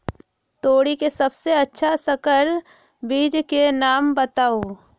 तोरी के सबसे अच्छा संकर बीज के नाम बताऊ?